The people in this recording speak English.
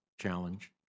challenge